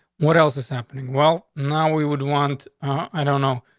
what else is happening? well, now we would want i don't know,